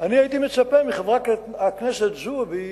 אני הייתי מצפה מחברת הכנסת זועבי,